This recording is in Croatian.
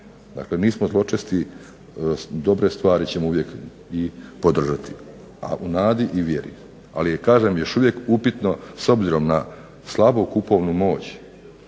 Dakle, nismo zločesti dobre stvari ćemo uvijek podržati, a u nadi i vjeri. Ali kažem da je još uvijek upitno s obzirom na slabu kupovnu moć